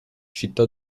città